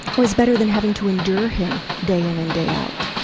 was better than having to endure him day in and day out.